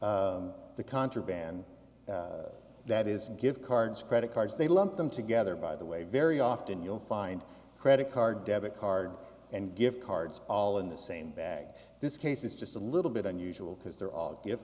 see the contraband that is gift cards credit cards they lump them together by the way very often you'll find credit card debit card and gift cards all in the same bag this case is just a little bit unusual because they're all gift